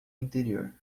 interior